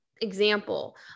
example